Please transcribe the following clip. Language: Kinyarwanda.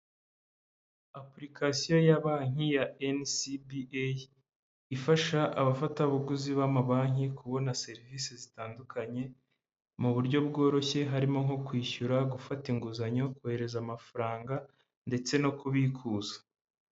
Apulikasiyo ya banki ya enisibieyi ifasha abafatabuguzi ba mabanki kubona serivisi zitandukanye mu buryo bworoshye harimo nko kwishyura gufata inguzanyo kohereza amafaranga ndetse no kubikuza.